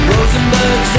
Rosenberg